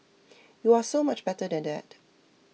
you are so much better than that